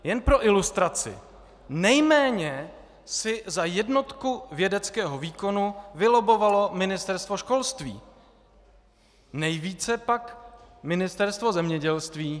Jen pro ilustraci, nejméně si za jednotku vědeckého výkonu vylobbovalo Ministerstvo školství, nejvíce pak Ministerstvo zemědělství.